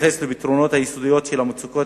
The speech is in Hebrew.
ההסכם מתייחס לפתרונות היסודיים של המצוקות